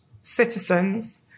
citizens